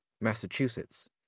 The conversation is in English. Massachusetts